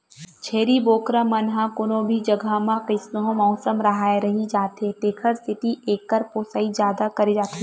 छेरी बोकरा मन ह कोनो भी जघा म कइसनो मउसम राहय रहि जाथे तेखर सेती एकर पोसई जादा करे जाथे